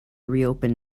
reopen